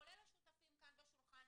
כולל השותפים כאן בשולחן,